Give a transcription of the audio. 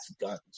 guns